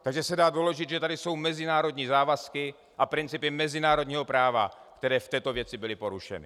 Takže se dá doložit, že tady jsou mezinárodní závazky a principy mezinárodního práva, které v této věci byly porušeny.